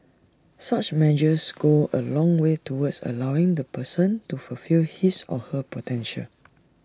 such measures go A long way towards allowing the person to fulfil his or her potential